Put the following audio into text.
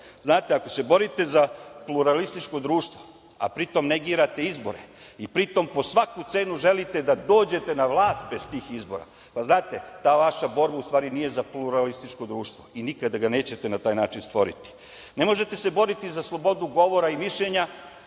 Znate, ako se borite za pluralističko društvo, a pritom negirate izbore i pritom po svaku cenu želite da dođete na vlast bez tih izbora, znate, vaša borba u stvari nije za pluralističko društvo i nikada ga nećete na taj način stvoriti. Ne možete se boriti za slobodu govora i mišljenja,